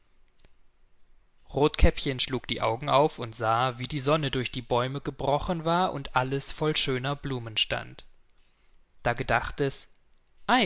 rothkäppchen schlug die augen auf und sah wie die sonne durch die bäume gebrochen war und alles voll schöner blumen stand da gedacht es